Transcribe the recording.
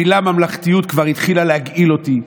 המילה "ממלכתיות" כבר התחילה להגעיל אותי,